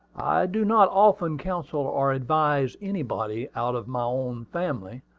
do not often counsel or advise anybody out of my own family,